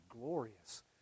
glorious